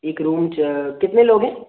एक रूम च कितने लोग हैं